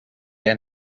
der